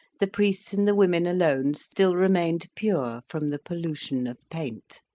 the priests and the women alone still remained pure from the pollution of paint.